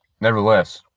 Nevertheless